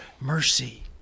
mercy